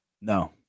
No